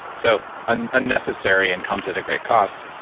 so and unnecessary and comes at a great cost.